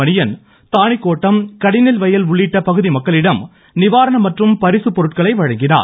Maniyan Thanikottam Kadinelvayal உள்ளிட்ட பகுதி மக்களிடம் நிவாரணம் மற்றும் பரிசுப்பொருட்களை வழங்கினார்